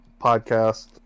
podcast